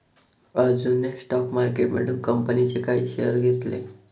अनुजने स्टॉक मार्केटमधून कंपनीचे काही शेअर्स घेतले